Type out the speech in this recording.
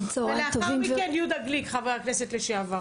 לאחר מכן חבר הכנסת לשעבר יהודה גליק.